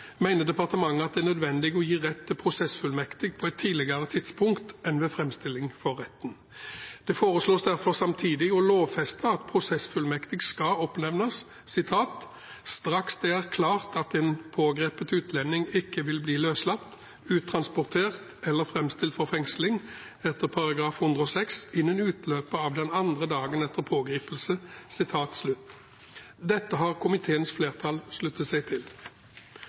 mener departementet at det er nødvendig å gi rett til prosessfullmektig på et tidligere tidspunkt enn ved framstilling for retten. Det foreslåes derfor samtidig å lovfeste at prosessfullmektig skal oppnevnes «straks det er klart at en pågrepet utlending ikke vil bli løslatt, uttransportert eller fremstilt for fengsling etter § l06 innen utløpet av den andre dagen etter pågripelse». Dette har komiteens flertall sluttet seg til.